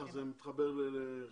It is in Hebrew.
זה מתחבר ל-?